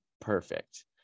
perfect